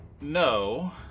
no